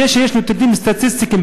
זה שיש נתונים סטטיסטיים,